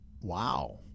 wow